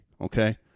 Okay